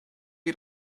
chi